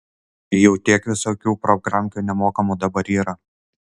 jau tiek visokiausių programkių nemokamų dabar yra